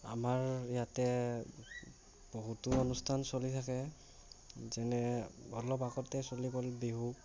আমাৰ ইয়াতে বহুতো অনুস্থান চলি থাকে যেনে অলপ আগতে চলি গ'ল বিহু